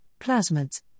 plasmids